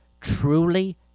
truly